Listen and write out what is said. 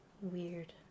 Weird